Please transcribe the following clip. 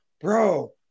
Bro